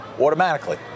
automatically